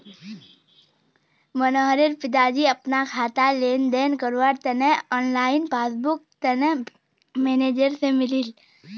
मनोहरेर पिताजी अपना खातार लेन देनेर विवरनेर तने ऑनलाइन पस्स्बूकर तने मेनेजर से मिलले